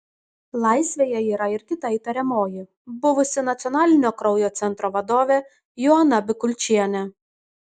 laisvėje yra ir kita įtariamoji buvusi nacionalinio kraujo centro vadovė joana bikulčienė